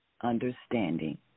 understanding